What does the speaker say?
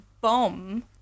bomb